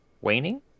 waning